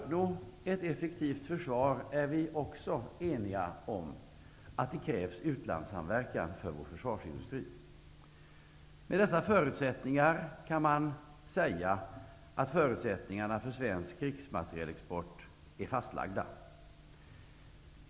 Vi är också eniga om att det krävs utlandssamverkan för vår försvarsindustri, för att uppnå ett effektivt försvar. Med dessa förutsättningar kan man säga att förutsättningarna för svensk krigsmaterialexport är fastlagda.